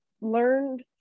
learned